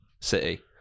City